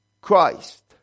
Christ